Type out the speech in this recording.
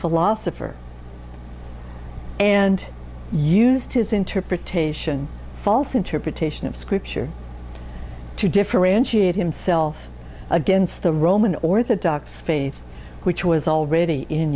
philosopher and used his interpretation false interpretation of scripture to differentiate himself against the roman orthodox faith which was already in